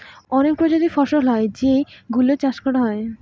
অনেক প্রজাতির ফসল হয় যেই গুলো চাষ করা হয়